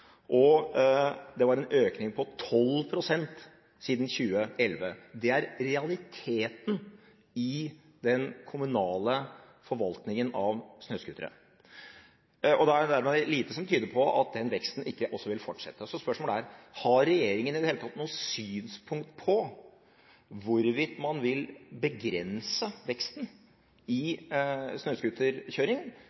tilfellene. Det var en økning på 12 pst. siden 2011. Det er realiteten i den kommunale forvaltningen av snøscootere. Det er lite som tyder på at den veksten ikke vil fortsette. Så spørsmålet er: Har regjeringen i det hele tatt noe synspunkt på hvorvidt man vil begrense veksten i